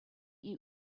you